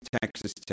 Texas